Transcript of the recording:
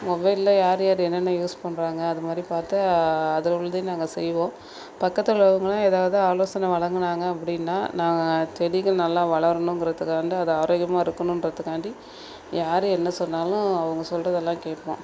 மொபைலில் யார் யார் என்னென்ன யூஸ் பண்ணுறாங்க அது மாதிரி பார்த்து அதில் உள்ளதையும் நாங்கள் செய்வோம் பக்கத்தில் உள்ளவங்கள்லாம் எதாவது ஆலோசனை வழங்கினாங்க அப்படின்னா நாங்கள் செடிகள் நல்லா வளரணும்ங்கிறதுக்காக அது ஆரோக்கியமாக இருக்கணுன்றதுக்கான்டி யார் என்ன சொன்னாலும் அவங்க சொல்கிறது எல்லாம் கேட்போம்